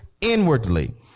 inwardly